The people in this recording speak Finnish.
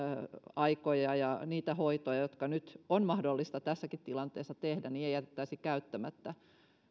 aikoja ja niitä hoitoja jotka nyt on mahdollista tässäkin tilanteessa tehdä ei jätettäisi käyttämättä